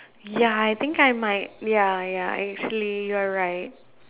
ya I think I might ya ya actually you are right